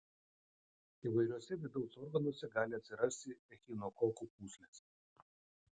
įvairiuose vidaus organuose gali atsirasti echinokokų pūslės